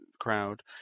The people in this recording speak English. crowd